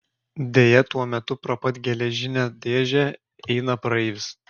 deja tuo metu pro pat geležinę dėžę eina praeivis